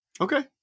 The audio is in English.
Okay